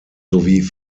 sowie